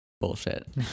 bullshit